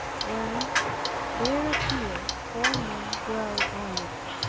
when there appeared four men well armed.